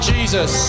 Jesus